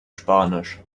spanisch